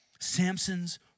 Samson's